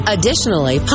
Additionally